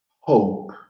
hope